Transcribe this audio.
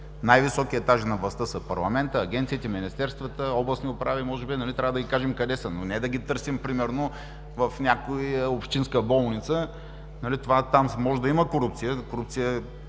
най-високите етажи на властта са парламентът, агенциите, министерствата, областни управи може би. Трябва да ги кажем къде са, но не да ги търсим примерно в някоя общинска болница. Там може да има корупция. Ясно